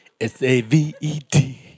S-A-V-E-D